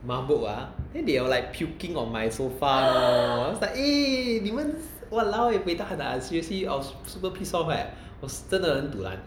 mahmood ah then they are like puking on my sofa then I was like eh 你们 !walao! eh buay tahan ah seriously I was super pissed off eh 我是真的很 dulan